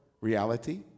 reality